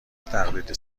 تقلید